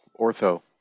ortho